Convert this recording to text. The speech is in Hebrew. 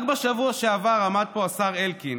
רק בשבוע שעבר עמד פה השר אלקין,